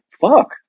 fuck